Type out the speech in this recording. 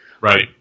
Right